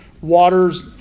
waters